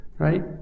Right